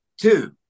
two